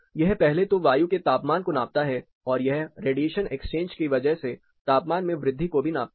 यह पहले तो वायु के तापमान को नापता है और यह रेडिएशन एक्सचेंज की वजह से तापमान में वृद्धि को भी नापता है